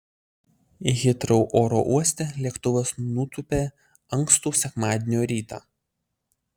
hitrou oro uoste lėktuvas nutūpė ankstų sekmadienio rytą